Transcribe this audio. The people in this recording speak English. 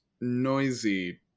noisy